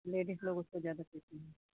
ladies लोग उसको ज्यादा पीती हैं